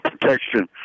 protection